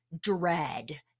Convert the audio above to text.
dread